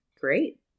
Great